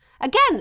Again